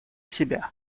себя